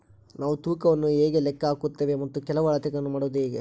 ನಾವು ತೂಕವನ್ನು ಹೇಗೆ ಲೆಕ್ಕ ಹಾಕುತ್ತೇವೆ ಮತ್ತು ಕೆಲವು ಅಳತೆಗಳನ್ನು ಮಾಡುವುದು ಹೇಗೆ?